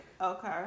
Okay